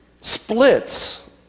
splits